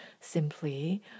simply